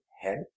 head